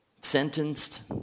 sentenced